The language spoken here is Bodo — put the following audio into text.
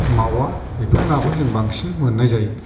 मावा बेफोर नाखौ जों बांसिन मोन्नाय जायो